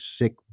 sick